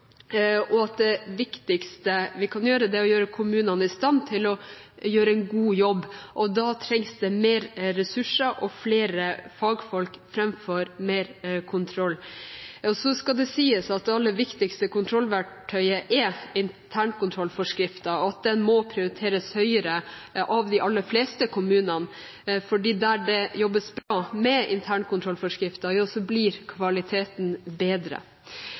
og at det viktigste vi kan gjøre, er å gjøre kommunene i stand til å gjøre en god jobb. Da trengs det flere ressurser og flere fagfolk framfor mer kontroll. Så skal det sies at det aller viktigste kontrollverktøyet er internkontrollforskriften, og at den må prioriteres høyere av de aller fleste kommunene, for der det jobbes bra med internkontrollforskriften, blir kvaliteten bedre.